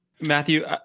Matthew